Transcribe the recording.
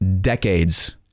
decades